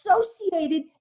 associated